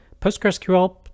PostgreSQL